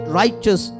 righteous